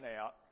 out